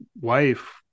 wife